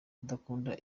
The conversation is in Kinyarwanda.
udakunda